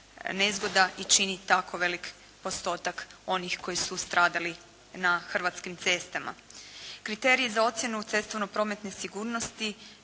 nezgoda i čini tako velik postotak onih koji su stradali na hrvatskim cestama. Kriterij za ocjenu cestovno-prometne sigurnosti